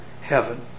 heaven